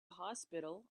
hospital